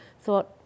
thought